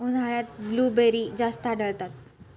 उन्हाळ्यात ब्लूबेरी जास्त आढळतात